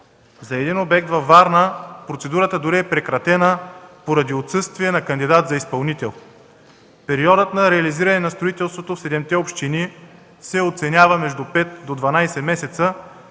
За един обект във Варна процедурата дори е прекратена поради отсъствие на кандидат за изпълнител. Периодът на реализиране на строителството в 7-те общини се оценява между 5-12 месеца,